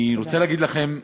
אני רוצה להגיד לכם,